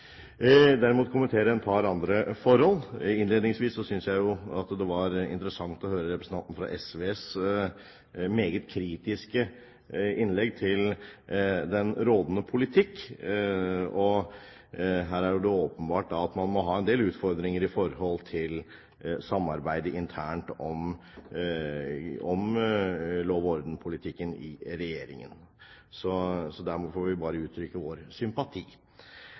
derimot kommentere et par andre forhold. Innledningsvis synes jeg det var interessant å høre SV-representantens meget kritiske innlegg til den rådende politikk. Her er det åpenbart at man må ha en del utfordringer i tilknytning til samarbeidet internt om lov-og-orden-politikken i regjeringen. Så der får vi bare uttrykke vår sympati.